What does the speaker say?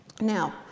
Now